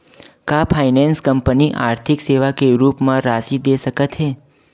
का finance company आर्थिक सेवा के रूप म राशि दे सकत हे?